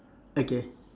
okay